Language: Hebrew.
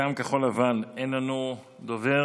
מטעם כחול לבן אין לנו דובר.